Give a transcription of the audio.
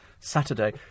Saturday